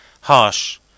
harsh